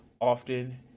often